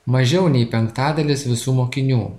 mažiau nei penktadalis visų mokinių